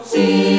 See